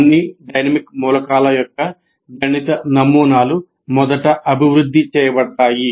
అన్ని డైనమిక్ మూలకాల యొక్క గణిత నమూనాలు మొదట అభివృద్ధి చేయబడతాయి